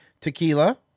Tequila